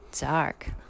dark